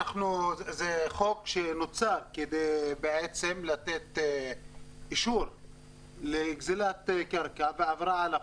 זה חוק שנוצר כדי לתת אישור לגזלת קרקע ועבירה על החוק,